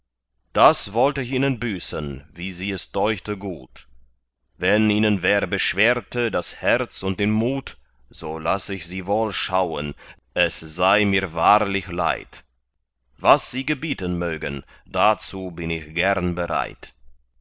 das wollt ich ihnen büßen wie sie es deuchte gut wenn ihnen wer beschwerte das herz und den mut so laß ich sie wohl schauen es sei mir wahrlich leid was sie gebieten mögen dazu bin ich gern bereit